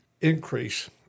increase